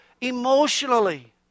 emotionally